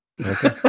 Okay